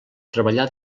treballar